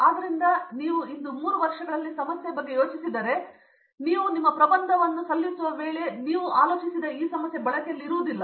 ಆದ್ದರಿಂದ ನೀವು ಇಂದು 3 ವರ್ಷಗಳಲ್ಲಿ ಸಮಸ್ಯೆಯ ಬಗ್ಗೆ ಯೋಚಿಸಿದರೆ ನೀವು ನಿಮ್ಮ ಪ್ರಬಂಧವನ್ನು ಸಲ್ಲಿಸಿದ ಸಮಯದಲ್ಲಿ ಇದು ಬಳಕೆಯಲ್ಲಿಲ್ಲ